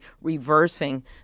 reversing